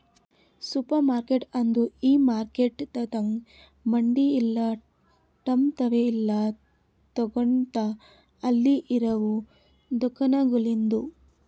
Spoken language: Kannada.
ಸೂಪರ್ಮಾರ್ಕೆಟ್ ಅಂದುರ್ ಈ ಮಾರ್ಕೆಟದಾಗ್ ಮಂದಿ ಎಲ್ಲಾ ತಮ್ ತಾವೇ ಎಲ್ಲಾ ತೋಗತಾರ್ ಅಲ್ಲಿ ಇರವು ದುಕಾನಗೊಳ್ದಾಂದು